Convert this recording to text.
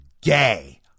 gay